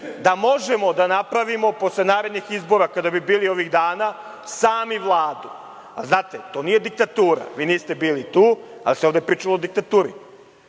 da možemo da napravimo posle narednih izbora, ako bi bili ovih dana, sami Vladu. Znate, to nije diktatura. Vi niste bili tu, ali ovde se pričalo o diktaturi.